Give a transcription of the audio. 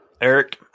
Eric